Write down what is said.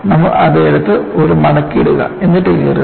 നമ്മൾ അത് എടുത്ത് ഒരു മടങ്ങ് ഇടുക എന്നിട്ട് കീറുക